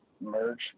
merge